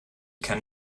kann